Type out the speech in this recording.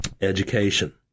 Education